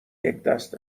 یکدست